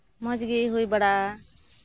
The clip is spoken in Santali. ᱢᱚᱡᱽ ᱜᱮ ᱦᱩᱭ ᱵᱟᱲᱟᱜᱼᱟ